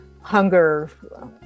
hunger